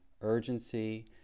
urgency